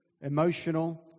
emotional